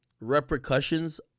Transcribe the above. repercussions